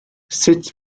sut